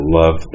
love